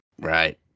Right